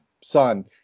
son